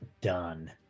done